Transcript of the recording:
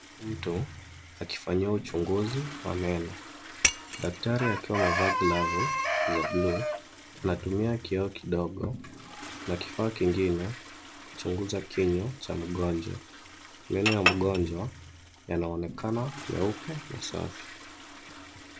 Mtu akifanyiwa uchunguzi wa meno, Daktari akiwa amevaa glavu za buluu anatumia kioo kidogo na kifaa kingine kuchunguza kinywa cha mngojwa. Meno ya mgonjwa yanaonekana meupe na safi.